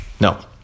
no